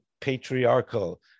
patriarchal